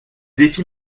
défi